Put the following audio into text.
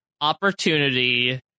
opportunity